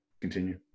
continue